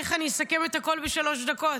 איך אני אסכם את הכול בשלוש דקות?